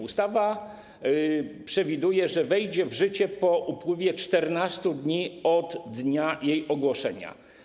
Ustawa przewiduje, że wejdzie w życie po upływie 14 dni od dnia jej ogłoszenia.